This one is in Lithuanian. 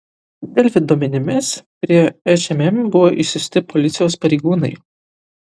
delfi duomenimis prie šmm buvo išsiųsti policijos pareigūnai